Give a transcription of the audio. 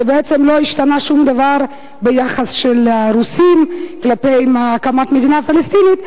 שבעצם לא השתנה שום דבר ביחס של הרוסים כלפי הקמת מדינה פלסטינית,